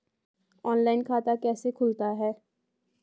Online खाता कैसे खुलता है?